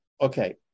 Okay